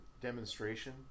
demonstration